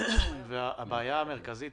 הבעיה המרכזית